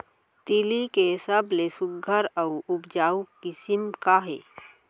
तिलि के सबले सुघ्घर अऊ उपजाऊ किसिम का हे?